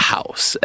House